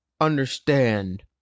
understand